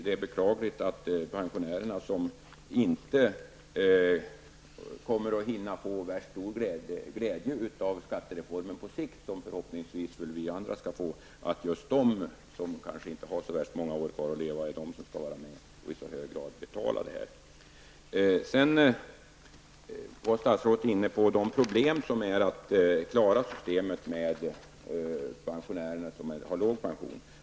Det är beklagligt att pensionärerna som inte kommer att hinna få särskilt stor glädje av skattereformen på sikt -- det skall väl förhoppningsvis vi andra få -- att de som inte har så värst många år kvar att leva är de som i så hög grad skall vara med och betala det här. Sedan var statsrådet inne på de problem som finns att klara systemet med de pensionärer som har låg pension.